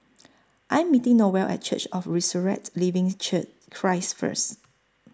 I Am meeting Noelle At Church of The Resurrected Living Christ First